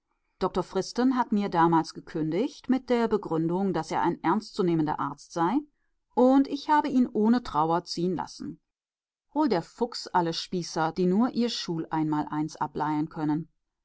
dr fristen hat mir damals gekündigt mit der begründung daß er ein ernst zu nehmender arzt sei und ich habe ihn ohne trauer ziehen lassen hol der fuchs alle spießer die nur ihr schuleinmaleins ableiern können